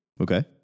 Okay